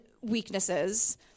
weaknesses